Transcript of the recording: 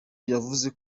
yavuze